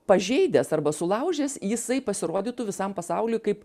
pažeidęs arba sulaužęs jisai pasirodytų visam pasauliui kaip